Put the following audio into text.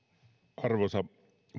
arvoisa